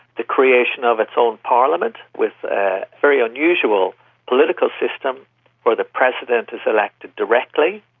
the creation of its own parliament with a very unusual political system where the president is elected directly,